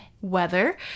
weather